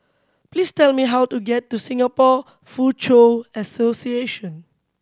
please tell me how to get to Singapore Foochow Association